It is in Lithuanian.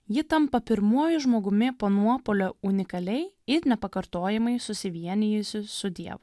ji tampa pirmuoju žmogumi po nuopuolio unikaliai ir nepakartojamai susivienijusi su dievu